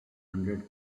hundred